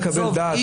לקבל דעת,